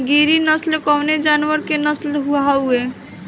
गिरी नश्ल कवने जानवर के नस्ल हयुवे?